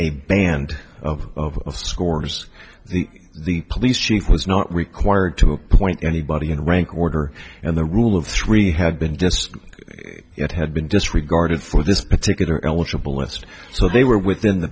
band of scores the police chief was not required to appoint anybody in rank order and the rule of three had been just as it had been disregarded for this particular eligible west so they were within the